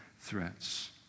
threats